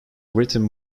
written